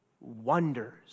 wonders